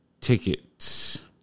tickets